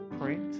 print